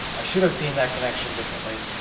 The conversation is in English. i should have seen that connection differently.